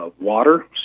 water